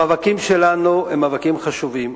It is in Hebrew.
המאבקים שלנו הם מאבקים חשובים,